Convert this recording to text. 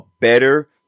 better